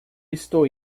estou